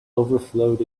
overflowed